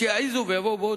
שיעזו ויאמרו: